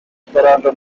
amafaranga